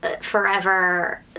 forever